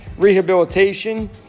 Rehabilitation